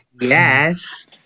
Yes